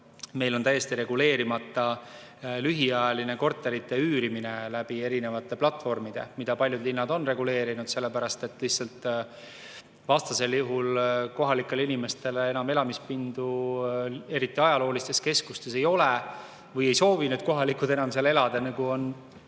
meil on täiesti reguleerimata lühiajaline korterite üürimine erinevate platvormide kaudu, mida paljud linnad on reguleerinud, sest vastasel juhul kohalikele inimestele enam elamispindu, eriti ajaloolistes keskustes, ei ole või ei soovi kohalikud enam seal elada, nagu on